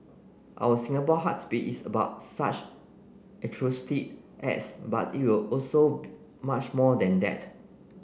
our Singapore Heartbeat is about such altruistic acts but it also much more than that